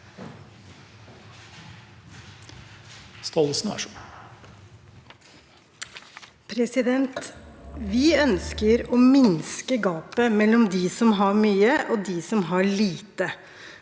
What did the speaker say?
Vi ønsker å minske gapet mellom dem som har mye, og dem som har lite.